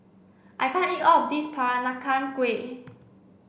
I can't eat all of this Peranakan Kueh